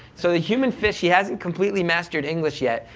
so the human fish, he hasn't completely mastered english yet,